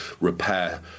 repair